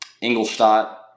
Ingolstadt